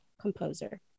composer